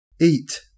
eat